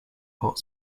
hot